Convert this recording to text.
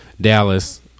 Dallas